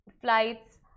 flights